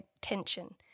tension